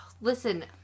listen